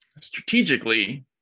strategically